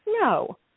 No